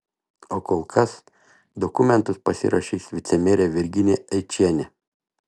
o kol kas dokumentus pasirašys vicemerė virginija eičienė